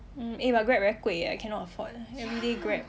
mm eh but Grab very 贵 eh I cannot afford